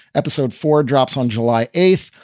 episode four drops on july eighth.